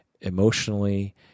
emotionally